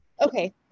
Okay